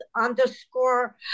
underscore